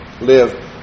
live